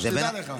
שתדע לך.